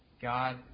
God